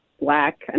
Black